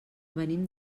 venim